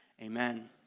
amen